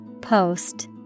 Post